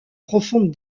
profonde